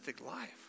life